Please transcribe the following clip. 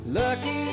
lucky